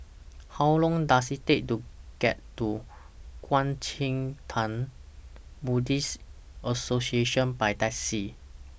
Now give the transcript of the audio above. How Long Does IT Take to get to Kuang Chee Tng Buddhist Association By Taxi